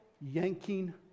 yanking